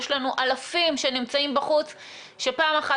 יש לנו אלפים שנמצאים בחוץ שפעם אחת,